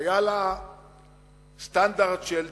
היה לה סטנדרט של טיקים,